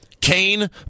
Kane